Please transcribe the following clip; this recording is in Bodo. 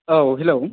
औ हेल'